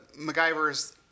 MacGyver's